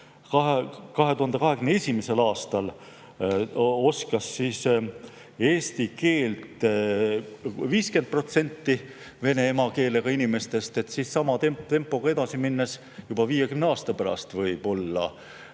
2021. aastal oskas eesti keelt 50% vene emakeelega inimestest, siis sama tempoga edasi minnes juba 50 aasta pärast võib-olla